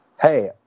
Hey